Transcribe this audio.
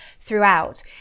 throughout